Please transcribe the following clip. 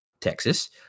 Texas